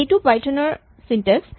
এইটো পাইথন ৰ ছিনটেক্স